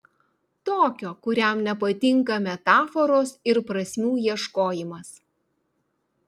tokio kuriam nepatinka metaforos ir prasmių ieškojimas